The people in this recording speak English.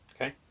Okay